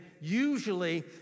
usually